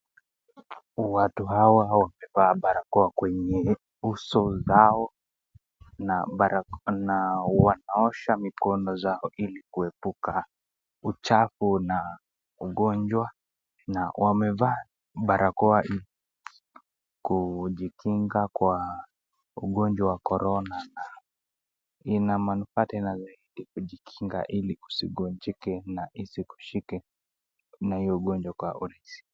Watu hawa wamevaa barakoa kwenye uso zao na barakoa na wanaosha mikono zao ili kuepuka uchafu na ugonjwa na wamevaa barakoa kujikinga kwa ugonjwa wa Corona na ina manufaa tena zaidi kujikinga ili usigonjeke na isikushike na hiyo ugonjwa kwa rahisi.